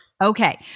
Okay